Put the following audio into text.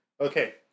Okay